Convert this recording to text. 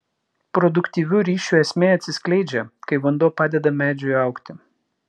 produktyvių ryšių esmė atsiskleidžia kai vanduo padeda medžiui augti